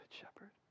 shepherd